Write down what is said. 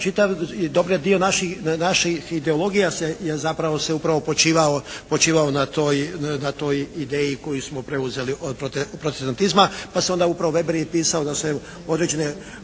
čitav, dobar dio naših ideologija se, je zapravo upravo počivao na toj ideji koju smo preuzeli od protestantizma. Pa se upravo, Weber je pisao da se određene,